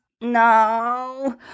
no